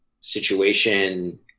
situation